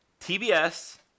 TBS